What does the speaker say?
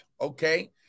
okay